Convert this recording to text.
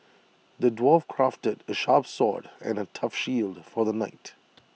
the dwarf crafted A sharp sword and A tough shield for the knight